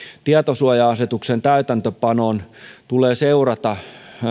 tietosuoja asetuksen täytäntöönpanoon tulee seurata